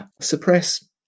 suppress